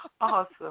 Awesome